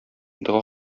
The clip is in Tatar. дога